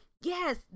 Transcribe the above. yes